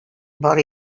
бар